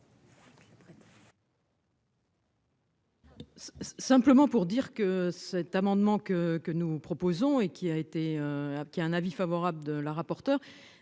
Simplement pour dire que cet amendement que que nous proposons et qui a été qui a un avis favorable de la rapporteure.